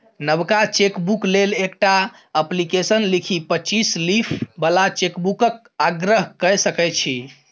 नबका चेकबुक लेल एकटा अप्लीकेशन लिखि पच्चीस लीफ बला चेकबुकक आग्रह कए सकै छी